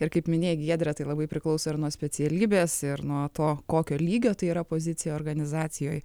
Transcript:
ir kaip minėjai giedre tai labai priklauso ir nuo specialybės ir nuo to kokio lygio tai yra pozicija organizacijoj